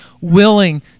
willing